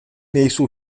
nejsou